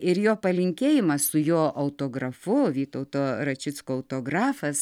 ir jo palinkėjimas su jo autografu vytauto račicko autografas